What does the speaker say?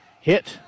hit